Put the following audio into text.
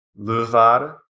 Levar